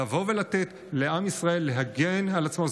לבוא ולתת לעם ישראל להגן על עצמו.